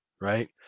Right